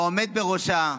בעומד בראשה.